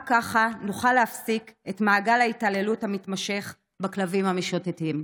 רק ככה נוכל להפסיק את מעגל ההתעללות המתמשך בכלבים המשוטטים.